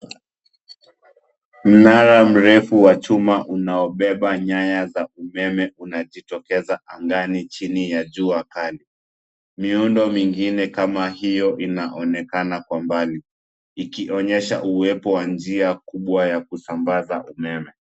Mnara mrefu wa chuma unaobeba nyaya za umeme, unajitokeza angani chini ya jua kali. Miundo mingine kama hiyo inaonekana kwa mbali, ikionyesha uwepo wa njia kubwa ya kusambaza umeme.